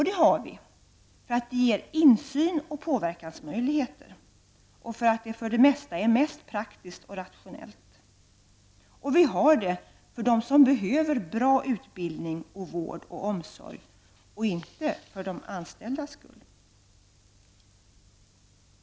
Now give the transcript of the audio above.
Det har vi dels för att ge insyn och påverkansmöjligheter och för att det oftast är mest praktiskt och rationellt, dels för dem som behöver bra utbildning, vård och omsorg -- alltså inte för de anställdas skull.